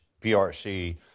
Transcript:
PRC